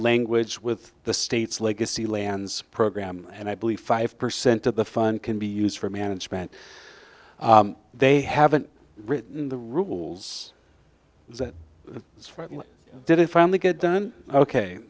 language with the states legacy lands program and i believe five percent of the fund can be used for management they haven't written the rules that it's for didn't finally get done ok